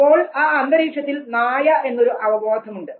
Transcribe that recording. അപ്പോൾ ആ അന്തരീക്ഷത്തിൽ നായ എന്നൊരു അവബോധം ഉണ്ട്